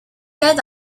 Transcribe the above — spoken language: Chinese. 该党